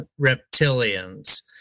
reptilians